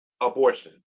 abortion